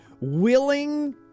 willing